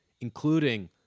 including